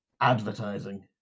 advertising